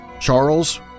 Charles